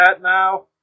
now